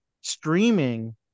streaming